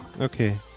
okay